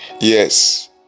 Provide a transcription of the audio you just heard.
Yes